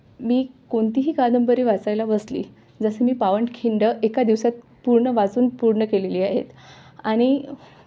मी कोणतीही कादंबरी वाचायला बसले जसं मी पावनखिंड एका दिवसात पूर्ण वाचून पूर्ण केलेली आहेत आणि